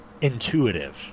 intuitive